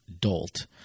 dolt